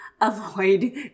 avoid